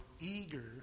eager